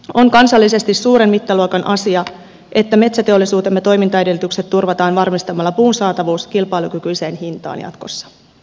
on kansallisesti suuren mittaluokan asia että metsäteollisuutemme toimintaedellytykset turvataan varmistamalla puun saatavuus kilpailukykyiseen hintaan jatkossa